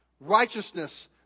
Righteousness